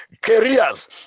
careers